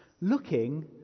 Looking